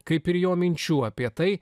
kaip ir jo minčių apie tai